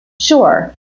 Sure